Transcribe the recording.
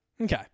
Okay